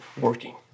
working